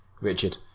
Richard